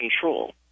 control